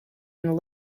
and